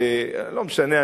לא משנה,